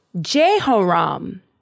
Jehoram